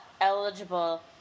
eligible